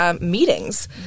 meetings